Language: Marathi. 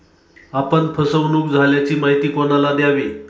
आपण फसवणुक झाल्याची माहिती कोणाला द्यावी?